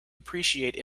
appreciate